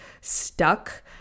stuck